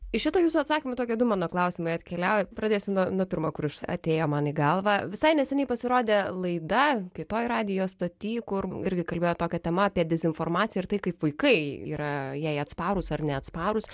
į šitą jūsų atsakymą tokie du mano klausimai atkeliauja pradėsiu nuo nuo pirmo kuris atėjo man į galvą visai neseniai pasirodė laida kitoj radijo stotį kur irgi kalbėjo tokia tema apie dezinformaciją ir tai kaip vaikai yra jai atsparūs ar neatsparūs